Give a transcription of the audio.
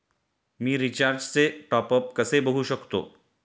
मी रिचार्जचे टॉपअप कसे बघू शकतो?